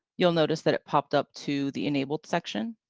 you'll notice that it popped up to the enabled section.